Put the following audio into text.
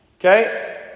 okay